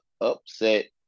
upset